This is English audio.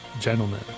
gentlemen